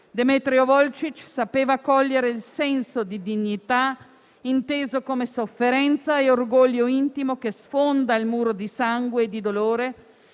Demetrio Volcic sapeva cogliere il senso di dignità, inteso come sofferenza e orgoglio intimo, che sfonda il muro di sangue e di dolore,